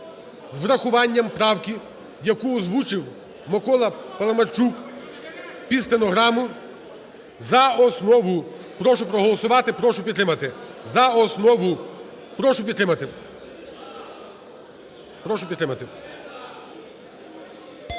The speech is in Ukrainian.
з врахуванням правки, яку озвучив Микола Паламарчук під стенограму, за основу. Прошу проголосувати. Прошу підтримати за основу. Прошу підтримати. Прошу підтримати.